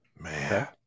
Man